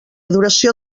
duració